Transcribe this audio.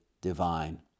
divine